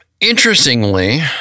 interestingly